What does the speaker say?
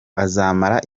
azamara